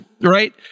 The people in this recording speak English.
right